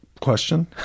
question